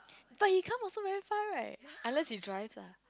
but he come also very far right unless he drives lah